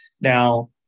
Now